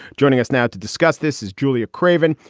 joining us now to discuss this is julia craven,